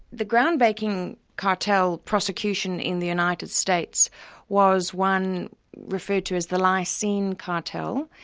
the groundbreaking cartel prosecution in the united states was one referred to as the lysine cartel.